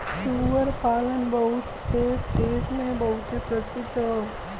सूअर पालन बहुत से देस मे बहुते प्रसिद्ध हौ